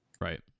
Right